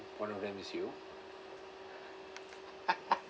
one of them is you